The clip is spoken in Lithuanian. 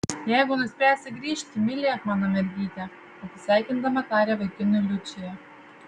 jeigu nuspręsi grįžti mylėk mano mergytę atsisveikindama taria vaikinui liučija